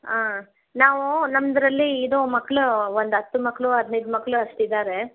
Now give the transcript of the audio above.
ಹಾಂ ನಾವು ನಮ್ಮದ್ರಲ್ಲಿ ಇದು ಮಕ್ಕಳು ಒಂದು ಹತ್ತು ಮಕ್ಕಳು ಹದ್ನೈದು ಮಕ್ಕಳು ಅಷ್ಟಿದ್ದಾರೆ